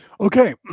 Okay